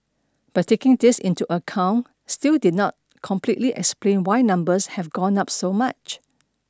but taking this into account still did not completely explain why numbers have gone up so much